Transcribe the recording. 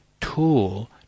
tool